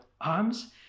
arms